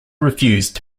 refused